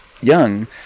young